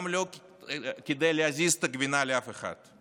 גם לא כדי להזיז את הגבינה לאף אחד.